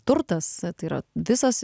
turtas tai yra visas